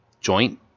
joint